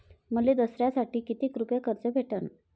मले दसऱ्यासाठी कितीक रुपये कर्ज भेटन?